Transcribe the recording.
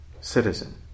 citizen